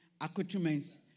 accoutrements